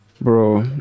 Bro